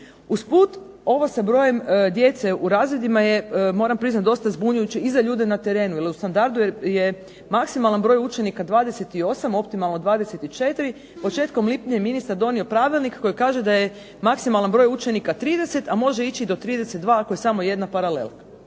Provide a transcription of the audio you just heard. Usput ovo sa brojem djece u razredima je moram priznati dosta zbunjujuće i za ljude na terenu, jer u standardu je maksimalan broj učenika 28, optimalno 24, početkom lipnja je ministar donio Pravilnik koji kaže da je maksimalan broj učenika 30, a može ići do 32 ako je samo jedna paralela.